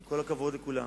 עם כל הכבוד לכולם.